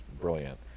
brilliant